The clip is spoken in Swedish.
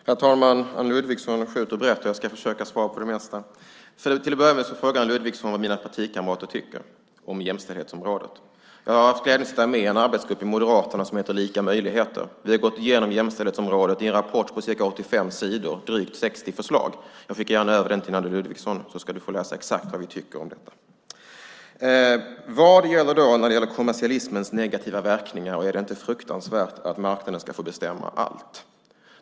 Herr talman! Anne Ludvigsson skjuter brett, och jag ska försöka svara på det mesta. Till att börja med frågar Anne Ludvigsson vad mina partikamrater tycker om jämställdhetsområdet. Jag har haft glädjen att sitta med i en arbetsgrupp i Moderaterna som heter Lika möjligheter. Vi har gått igenom jämställdhetsområdet i en rapport på ca 85 sidor, drygt 60 förslag. Jag skickar gärna över den till Anne Ludvigsson så att hon får läsa exakt vad vi tycker om detta. Vad gäller i fråga om kommersialismens negativa verkningar? Är det inte fruktansvärt att marknaden ska få bestämma allt?